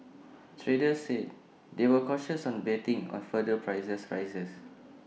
traders said they were cautious on betting on further prices rises